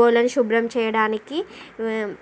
బోళ్ళని శుభ్రం చేయడానికి